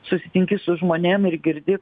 susitinki su žmonėm ir girdi